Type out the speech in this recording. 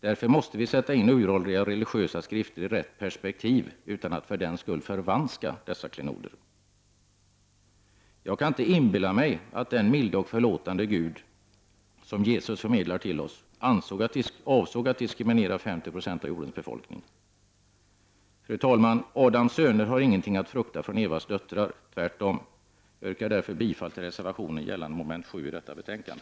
Därför måste vi sätta in uråldriga religiösa skrifter i rätt perspektiv, utan att för den skull förvanska dessa klenoder. Jag kan inte inbilla mig att den milde, förlåtande Gud som Jesus förmedlar till oss avsåg att diskriminera 50 960 av jordens befolkning. Fru talman! Adams söner har ingenting att frukta från Evas döttrar, tvärtom! Jag yrkar därför bifall till reservationen gällande mom. 7 i detta betänkande.